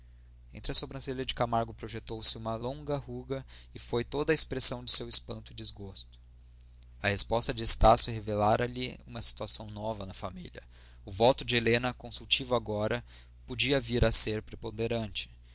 entre as sobrancelhas de camargo projetou se uma longa ruga e foi toda a expressão de seu espanto e desgosto a resposta de estácio revelara lhe uma situação nova na família o voto de helena consultivo agora podia vir a ser preponderante